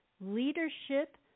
leadership